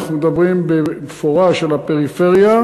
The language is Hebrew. אנחנו מדברים במפורש על הפריפריה,